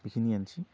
बेखिनियानोसै